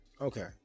Okay